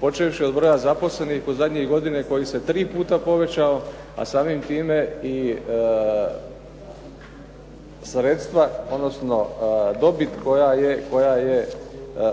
Počevši od broja zaposlenih od zadnje godine koji se tri puta povećao, a samim time i sredstva, odnosno dobit koja je